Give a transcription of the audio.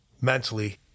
mentally